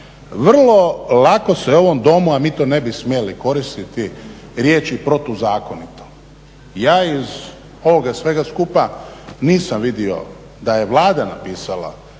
Vrlo lako se u ovom domu, a mi to ne bi smjeli koristiti, riječi protuzakonito. Ja iz ovoga svega skupa nisam vidio da je Vlada napisala